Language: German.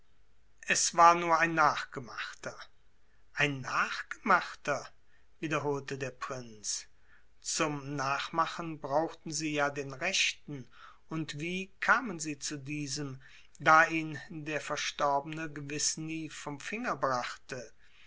es war nur ein nachgemachter ein nachgemachter wiederholte der prinz zum nachmachen brauchten sie ja den rechten und wie kamen sie zu diesem da ihn der verstorbene gewiß nie vom finger brachte